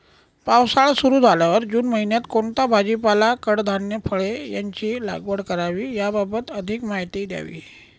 पावसाळा सुरु झाल्यावर जून महिन्यात कोणता भाजीपाला, कडधान्य, फळे यांची लागवड करावी याबाबत अधिक माहिती द्यावी?